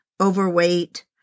overweight